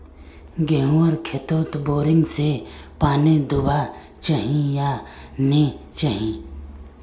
गेँहूर खेतोत बोरिंग से पानी दुबा चही या नी चही?